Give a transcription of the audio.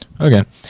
Okay